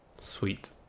Sweet